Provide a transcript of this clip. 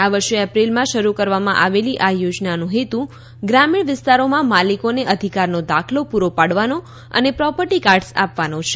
આ વર્ષે ઐપ્રિલમાં શરૂ કરવામાં આવેલી આ યોજનાનો હેતુ ગ્રામીણ વિસ્તારોમાં માલિકોને અધિકારનો દાખલો પૂરો પાડવાનો અને પ્રોપર્ટી કાર્ડ઼સ આપવાનો છે